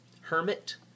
Hermit